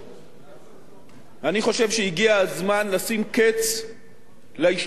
אני חושב שהגיע הזמן לשים קץ להשתלחות הזאת בפקידים,